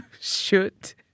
shoot